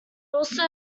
also